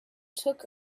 took